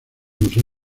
museo